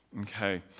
Okay